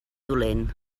dolent